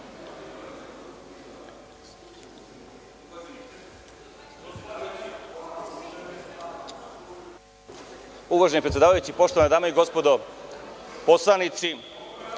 Uvaženi predsedavajući, poštovane dame i gospodo poslanici,